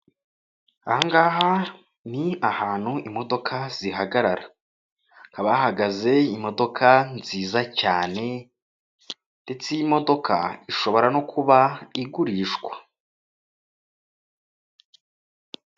Aha ngaha ni ahantu imodoka zihagarara haba hahagaze imodoka nziza cyane ndetse iyi modoka ishobora no kuba igurishwa.